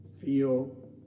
feel